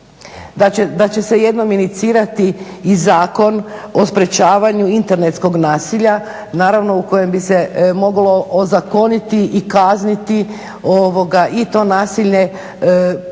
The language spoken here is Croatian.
da će se jednom inicirati i Zakon o sprječavanju internetskog nasilja, naravno u kojem bi se moglo ozakoniti i kazniti i to nasilje posebice